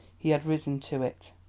he had risen to it.